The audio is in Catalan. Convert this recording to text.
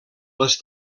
les